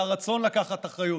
על הרצון לקחת אחריות,